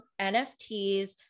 NFTs